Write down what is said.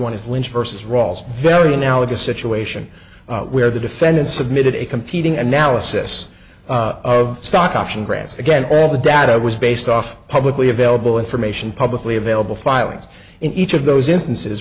one is lynch versus rawls very analogous situation where the defendant submitted a competing analysis of stock option grants again all the data was based off publicly available information publicly available filings in each of those instances